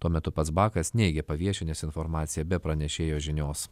tuo metu pats bakas neigė paviešinęs informaciją be pranešėjo žinios